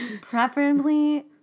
Preferably